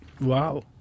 Wow